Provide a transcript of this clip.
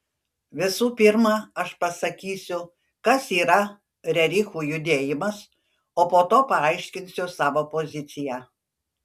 visų pirma aš pasakysiu kas yra rerichų judėjimas o po to paaiškinsiu savo poziciją